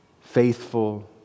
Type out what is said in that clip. faithful